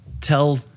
tell